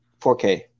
4K